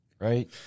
right